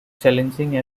challenging